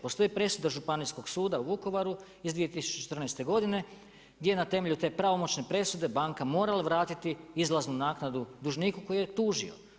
Postoji presuda Županijskog suda u Vukovaru iz 2014. godine, gdje na temelju te pravomoćne presude banka morala vratiti izlaznu naknadu dužniku koji je tužio.